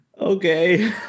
Okay